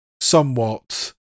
somewhat